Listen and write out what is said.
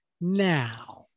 Now